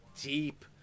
deep